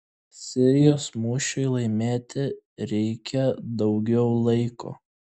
sirijos mūšiui laimėti reikia daugiau laiko